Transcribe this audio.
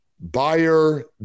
buyer